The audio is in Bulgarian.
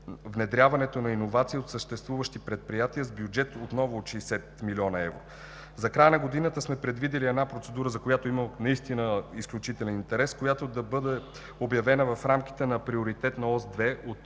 внедряването на иновации от съществуващи предприятия с бюджет отново от 60 млн. евро. За края на годината сме предвидили една процедура, за която има наистина изключителен интерес, която да бъде обявена в рамките на приоритетна ос 2 от